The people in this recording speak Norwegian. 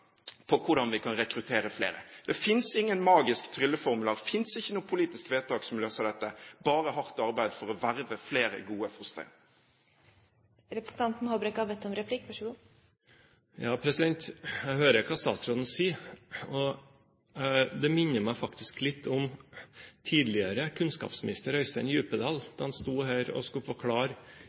på hvordan vi kan rekruttere flere. Det finnes ingen magiske trylleformler, det finnes ikke noe politisk vedtak som løser dette, bare hardt arbeid for å verve flere gode fosterhjem. Jeg hører hva statsråden sier, og det minner meg faktisk litt om det tidligere kunnskapsminister Øystein Djupedal sa, da han sto her i 2006 og 2007 og skulle forklare